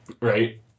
right